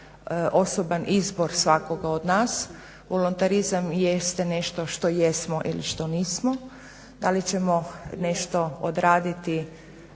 osoban izbor svakoga od nas. Volonterizam jeste nešto što jesmo ili što nismo. Da li ćemo nešto odraditi